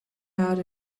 out